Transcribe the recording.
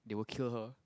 they will kill her